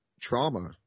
trauma